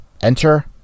Enter